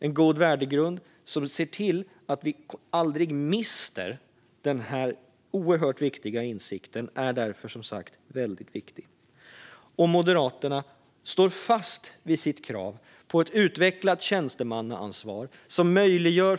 En god värdegrund som ser till att vi aldrig mister denna oerhört viktiga insikt är därför som sagt väldigt viktig. Moderaterna står fast vid sitt krav på ett utvecklat tjänstemannaansvar.